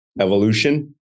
evolution